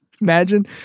Imagine